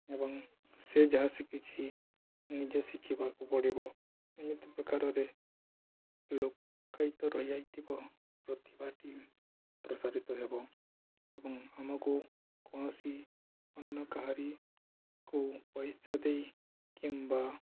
ଏବଂ ସେ ଯାହା ଶିଖିଛି ନିଜେ ଶିଖିବାକୁ ପଡ଼ିବ ଏମିତି ପ୍ରକାରରେ ଲୋକାୟତ ରହିଯାଇଥିବ ପ୍ରତିଭାଟି ପ୍ରସାରିତ ହେବ ଏବଂ ଆମକୁ କୌଣସି ଅନ୍ୟ କାହାରୀକୁ ପଇସା ଦେଇ କିମ୍ବା